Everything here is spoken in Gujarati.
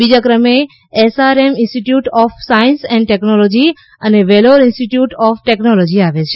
બીજા ક્રમે SRM institute of science and technology અને વેલોર ઇન્સ્ટિટ્યૂટ ઑફ ટેકનોલોજી આવે છે